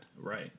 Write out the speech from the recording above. Right